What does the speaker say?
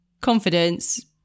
confidence